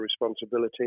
responsibility